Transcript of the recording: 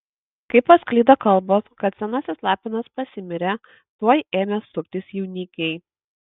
kai pasklido kalbos kad senasis lapinas pasimirė tuoj ėmė suktis jaunikiai